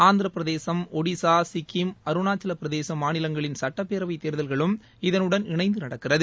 ஆந்திர பிரதேசம் ஓடிசா சிக்கிம் அருணாச்சல பிரதேசம் மாநிலங்களின் சட்டப்பேரவைத் தேர்தலும் இதனுடன் இணைந்து நடக்கிறது